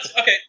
okay